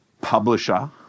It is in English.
publisher